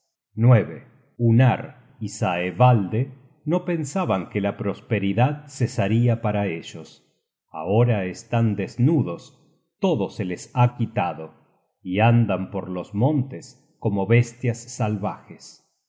paz unar y saevalde no pensaban que la prosperidad cesaria para ellos ahora están desnudos todo se les ha quitado y andan por los montes como bestias salvajes